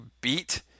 beat